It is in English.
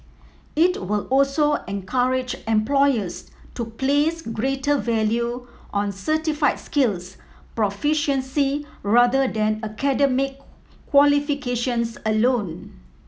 it will also encourage employers to place greater value on certified skills proficiency rather than academic qualifications alone